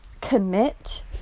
commit